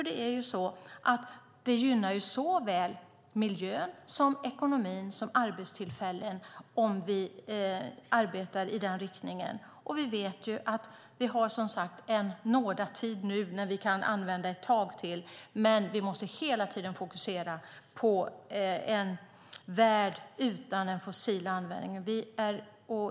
Det är ju så att det gynnar såväl miljö som ekonomi och arbetstillfällen om vi arbetar i den riktningen. Vi vet som sagt att vi har en nådatid nu när vi ett tag till kan använda olja, men vi måste hela tiden fokusera på en värld utan fossil användning.